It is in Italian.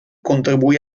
contribuì